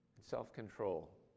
self-control